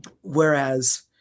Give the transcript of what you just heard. Whereas